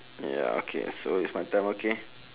ya okay so it's my turn okay